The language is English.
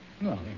No